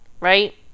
right